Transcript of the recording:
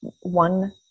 one